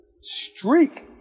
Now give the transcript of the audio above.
streak